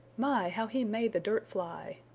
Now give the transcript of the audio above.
my, how he made the dirt fly!